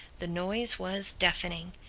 the noise was deafening.